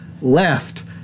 left